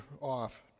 off